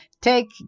take